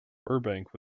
burbank